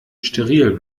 steril